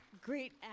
great